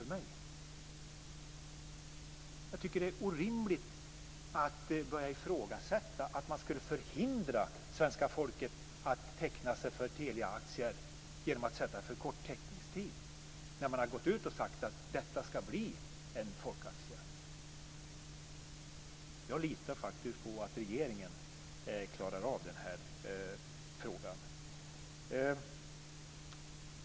Jag tycker att det är orimligt att börja tala om att man skulle förhindra svenska folket att teckna sig för Teliaaktier genom att sätta för kort teckningstid, när man har gått ut och sagt att detta ska bli en folkaktie. Jag litar på att regeringen klarar av den frågan.